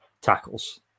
tackles